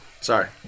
Sorry